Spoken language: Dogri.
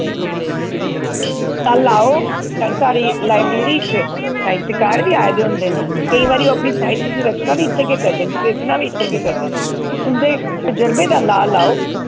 कल आओ ते साढ़ी लाइब्रेरी च साहित्यकार वी आए दे होंदे न केईं बारी ओह् अपनी साहित्य दी रचना वी इत्थे गै करदे न सृजना वी इत्थे गै करदे न तुस उंदे तजर्बे दा लाह् लाओ